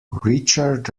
richard